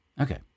Okay